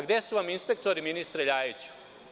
Gde su vam inspektori, ministre Ljajiću?